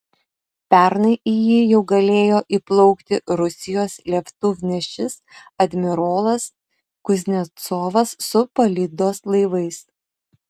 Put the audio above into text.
pernai į jį jau galėjo įplaukti rusijos lėktuvnešis admirolas kuznecovas su palydos laivais